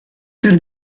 per